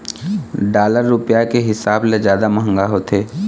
dollar रुपया के हिसाब ले जादा मंहगा होथे